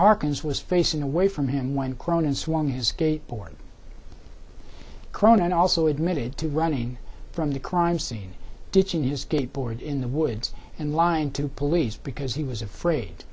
harkins was facing away from him when cronin swung his skateboard crown and also admitted to running from the crime scene ditching you skateboard in the woods and lying to police because he was afraid